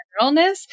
generalness